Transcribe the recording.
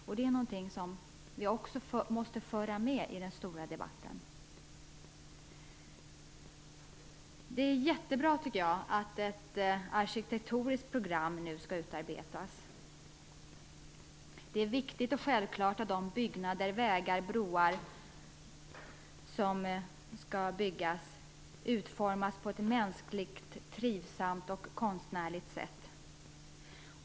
Detta är någonting som också måste föras in i den stora debatten. Det är jättebra att det nu skall utarbetas ett arkitektoniskt program. Det är viktigt och självklart att de byggnader, vägar och broar som skall byggas utformas på ett mänskligt, trivsamt och konstnärligt sätt.